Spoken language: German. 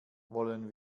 wollen